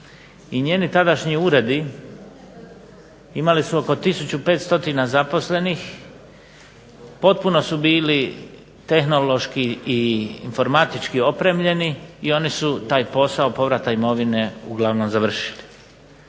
i njeni tadašnji uredi imali su oko tisuću 500 zaposlenih, potpuno su bili tehnološki i informatički opremljeni i oni su taj posao povrata imovine uglavnom završili.